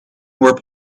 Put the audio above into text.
more